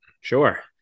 Sure